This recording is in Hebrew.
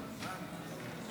נתקבלו.